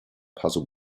puzzle